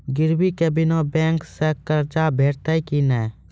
गिरवी के बिना बैंक सऽ कर्ज भेटतै की नै?